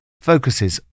focuses